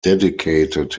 dedicated